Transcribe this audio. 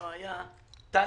טלי,